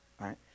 right